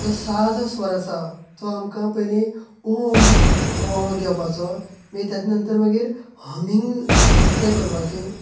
जो सादो स्वर आसा तो आमकां पयलीं ओम व्हो घेवपाचो मागीर त्यात नंतर मागीर हमींग आसो ते करपाचे